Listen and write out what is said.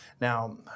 Now